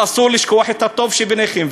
אסור לשכוח את הטוב שביניכם.